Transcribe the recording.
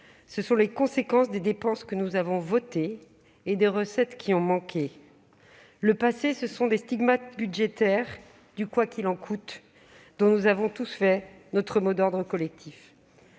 Ce sont les conséquences des dépenses que nous avons votées et des recettes qui ont manqué. Le passé, ce sont les stigmates budgétaires du « quoi qu'il en coûte », dont nous avons fait notre mot d'ordre collectif.